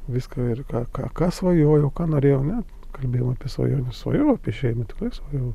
viską ir ką ką ką svajojau ką norėjau na kalbėjom apie svajones svajojau apie šeimą tikrai svajojau